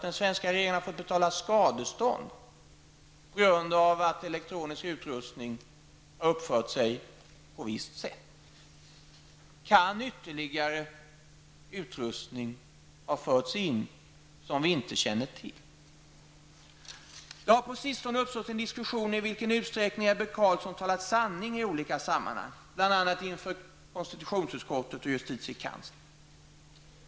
Den svenska regeringen har fått betala skadestånd på grund av att elektronisk utrustning har uppfört sig på visst sätt. Kan ytterligare utrustning ha förts in som vi inte känner till? Det har på sistone uppstått en diskussion om i vilken utsträckning Ebbe Carlsson talat sanning i olika sammanhang, bl.a. inför KU och JK.